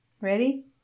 Ready